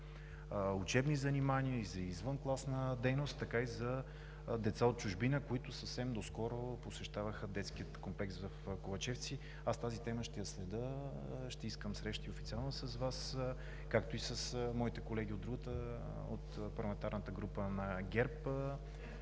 учебни занимания, и за извънкласна дейност, така и за деца от чужбина, които съвсем доскоро посещаваха Детския комплекс в Ковачевци. Тази тема ще я следя, ще искам официално срещи с Вас, както и с моите колеги от парламентарна група на ГЕРБ,